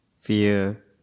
fear